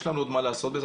יש לנו עוד מה לעשות בזה,